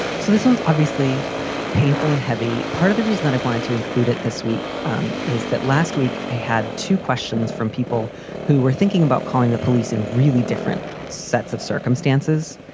so this was obviously painful and heavy, part of the reason that i wanted to include it this week um is that last week i had two questions from people who were thinking about calling the police in really different sets of circumstances,